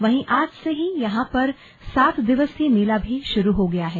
वहीं आज से ही यहां पर सात दिवसीय मेला भी शुरू हो गया है